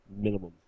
Minimum